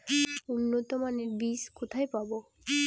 উন্নতমানের বীজ কোথায় পাব?